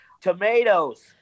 Tomatoes